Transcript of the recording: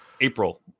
April